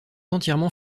entièrement